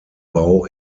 bau